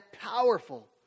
powerful